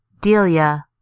Delia